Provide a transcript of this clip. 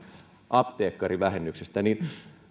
apteekkarivähennyksestä